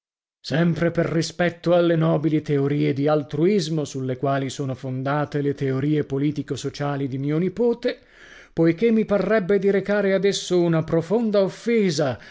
sempre per rispetto alle nobili teorie di altruismo sulle quali sono fondate le teorie politico sociali di mio nipote poiché mi parrebbe di recare ad esso una profonda offesa